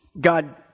God